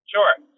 Sure